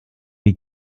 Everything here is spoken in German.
die